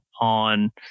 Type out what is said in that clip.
on